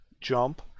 jump